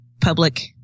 public